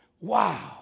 Wow